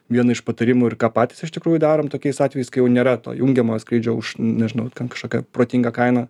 vieną iš patarimų ir ką patys iš tikrųjų darom tokiais atvejais kai nėra to jungiamojo skrydžio už nežinau ten kažkokią protingą kainą